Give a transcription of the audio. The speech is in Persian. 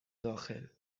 داخل